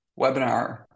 webinar